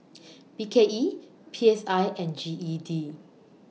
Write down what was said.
B K E P S I and G E D